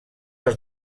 els